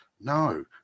No